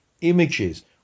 images